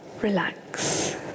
relax